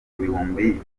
ibihumbi